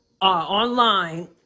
online